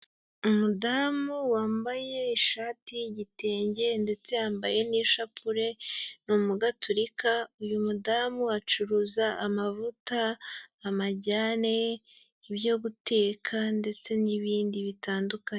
Umudamu wambaye ishati y'igitenge ndetse yambaye n'ishapule n'umugaturika. Uyu mudamu acuruza amavuta, amajyane, ibyo guteka ndetse n'ibindi bitandukanye.